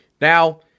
Now